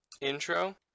intro